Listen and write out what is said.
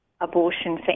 abortion